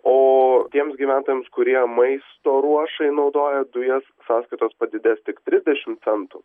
o tiems gyventojams kurie maisto ruošai naudoja dujas sąskaitos padidės tik trisdešim centų